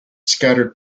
scattered